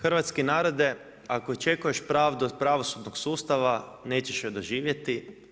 Hrvatski narode, ako očekuješ pravdu od pravosudnog sustava, nećeš ju doživjeti.